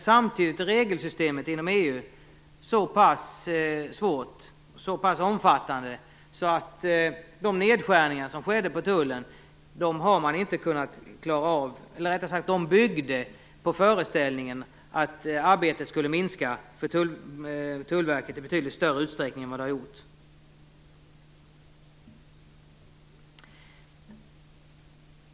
Samtidigt är regelsystemet inom EU mycket svårt och omfattande, och de nedskärningar som skedde inom Tullverket byggde på föreställningen att dess arbete skulle minska i betydligt större utsträckning än vad det har gjort.